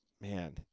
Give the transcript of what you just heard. man